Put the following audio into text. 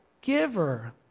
giver